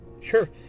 sure